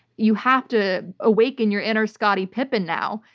you have to awaken your inner scottie pippen now.